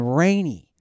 rainy